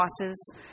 losses